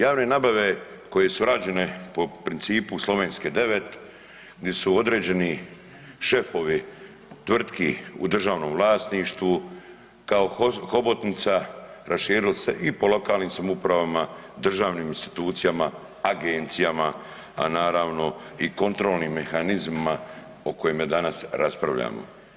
Javne nabave koje su rađene po principu Slovenske 9 gdje su određeni šefovi tvrtki u državnom vlasništvu kao hobotnica rašili se i po lokalnim samoupravama, državnim institucijama, agencijama, a naravno i kontrolnim mehanizmima o kojima danas raspravljamo.